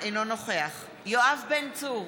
אינו נוכח יואב בן צור,